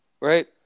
Right